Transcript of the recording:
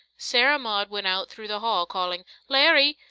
sarah maud went out through the hall, calling, larry!